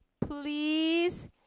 Please